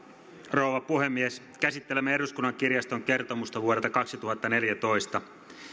rouva puhemies käsittelemme eduskunnan kirjaston kertomusta vuodelta kaksituhattaneljätoista